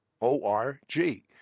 O-R-G